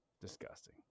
Disgusting